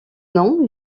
nom